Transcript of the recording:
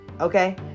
Okay